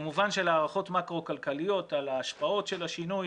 כמובן שלהערכות מקרו-כלכליות על ההשפעות של השינוי.